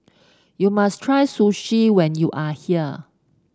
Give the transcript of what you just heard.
you must try Sushi when you are here